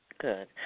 Good